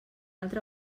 altra